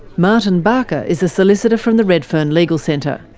martin barker is a solicitor from the redfern legal centre.